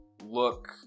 Look